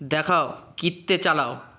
দেখাও কিত্তে চালাও